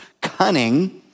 cunning